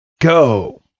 go